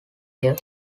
year